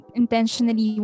intentionally